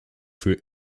für